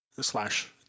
slash